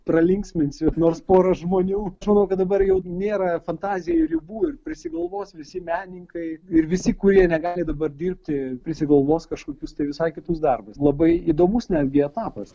pralinksminsiu nors porą žmonių aš manau kad dabar jau nėra fantazijai ribų ir prisigalvos visi menininkai ir visi kurie negali dabar dirbti prisigalvos kažkokius tai visai kitus darbus labai įdomus netgi etapas